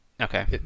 Okay